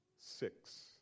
six